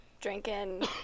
Drinking